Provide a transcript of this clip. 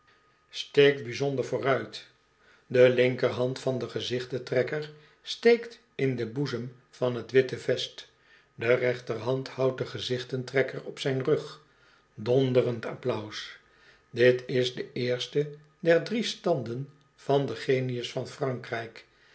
steekt bijzonder vooruit de linkerhand van den gezichten trekker steekt in don boezem van t witte vest de rechterhand houdt de gezichten trekker op zijn rug donderend applaus dit is de eerste der drie standen van den genius van frankrijk